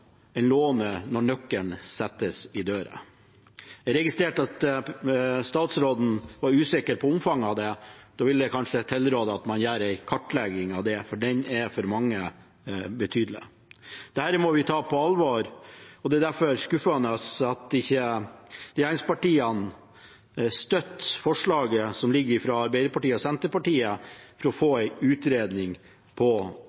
når nøkkelen settes i døra. Jeg registrerte at statsråden var usikker på omfanget av dette. Da vil jeg kanskje tilråde at man gjør en kartlegging av det, for det er betydelig og gjelder mange. Dette må vi ta på alvor. Det er derfor skuffende at ikke regjeringspartiene støtter forslaget som ligger fra Arbeiderpartiet og Senterpartiet om å få